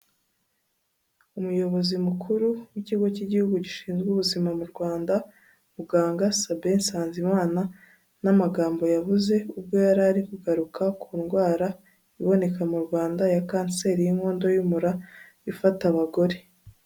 Umuyobozi mukuru w'ikigo cy'Igihugu gishinzwe ubuzima mu Rwanda muganga sabin Nsanzimana n'amagambo yavuze ubwo yari arikugaruka ku ndwara iboneka mu Rwanda ya kanseri y'inkondo y'umura ifata abagore.